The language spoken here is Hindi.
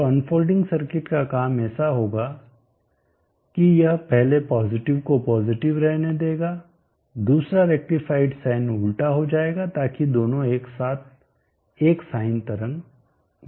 तो अनफोल्डिंग सर्किट का काम ऐसा होगा कि यह पहले पॉजिटिव को पॉजिटिव रहने देगा दूसरा रेक्टीफाईड साइन उलटा हो जाएगा ताकि दोनों एक साथ एक साइन तरंग बन जाए